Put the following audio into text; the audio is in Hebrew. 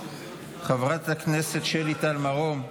חברת הכנסת שלי טל מירון,